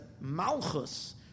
Malchus